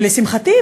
ולשמחתי,